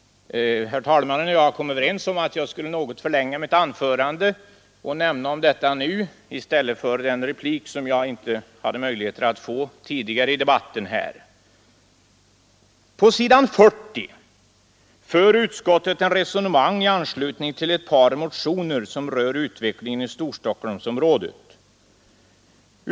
Herr talmannen och jag kom överens om att jag skulle något förlänga mitt anförande och nämna detta nu i stället för i den replik som jag inte hade möjlighet att få tidigare i debatten. På s. 40 för utskottet ett resonemang i anslutning till ett par motioner som rör utvecklingen i Storstockholmsområdet.